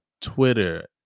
Twitter